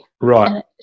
Right